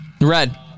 Red